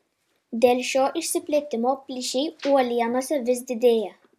dėl šio išsiplėtimo plyšiai uolienose vis didėja